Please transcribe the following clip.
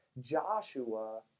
Joshua